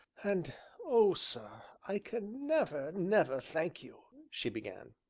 and oh, sir! i can never, never thank you, she began.